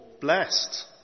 blessed